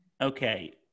Okay